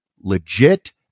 legit